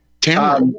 Tamara